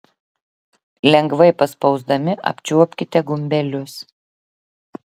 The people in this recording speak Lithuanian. lengvai paspausdami apčiuopkite gumbelius